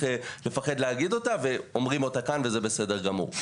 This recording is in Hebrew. לפחד להגיד אותה ואומרים אותה כאן וזה בסדר גמור.